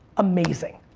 amazing.